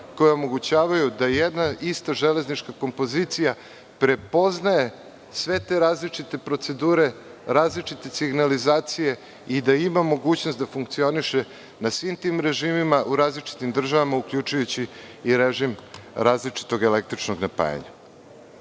koja omogućavaju da jedna ista železnička kompozicija prepoznaje sve te različite procedure, različite signalizacije i da ima mogućnost da funkcioniše na svim tim režimima u različitim državama, uključujući i režim različitog električnog napajanja.Zašto